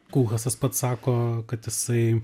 kulchasas pats sako kad jisai